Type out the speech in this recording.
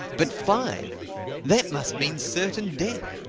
but five that must mean certain death.